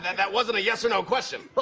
that wasn't a yes-or-no question. but